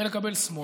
ולקבל שמאל.